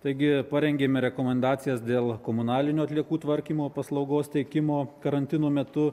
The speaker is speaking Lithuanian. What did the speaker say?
taigi parengėme rekomendacijas dėl komunalinių atliekų tvarkymo paslaugos teikimo karantino metu